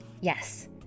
Yes